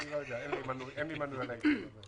אני לא יודע, אין לי מנוי על העיתון הזה.